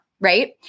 right